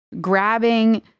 grabbing